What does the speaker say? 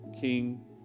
King